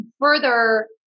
further